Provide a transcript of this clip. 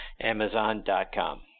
Amazon.com